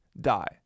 die